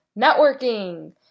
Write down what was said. networking